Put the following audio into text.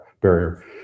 barrier